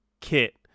kit